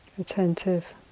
Attentive